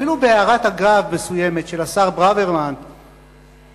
אפילו בהערת אגב מסוימת של השר ברוורמן קודם,